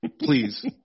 Please